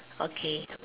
okay